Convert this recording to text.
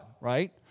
right